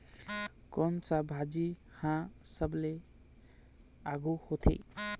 कोन सा भाजी हा सबले आघु होथे?